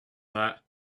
that